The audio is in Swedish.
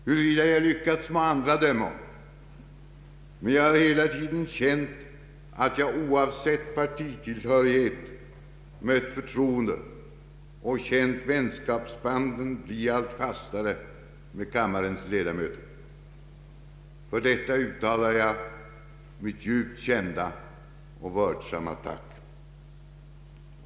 Huruvida jag lyckats må andra döma om, men jag har hela tiden känt att jag oav sett partitillhörighet mött förtroende och känt vänskapsbanden bli allt fastare med kammarens ledamöter. För detta uttalar jag mitt djupt kända och vördsamma tack.